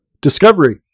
Discovery